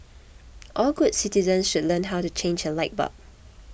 all good citizens should learn how to change a light bulb